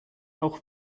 auch